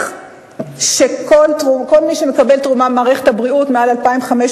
כל מי שמקבל תרומה במערכת הבריאות מעל 2,500